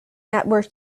network